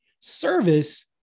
service